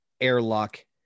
airlock